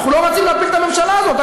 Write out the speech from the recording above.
אנחנו לא רצים להפיל את הממשלה הזאת.